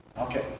Okay